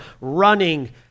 running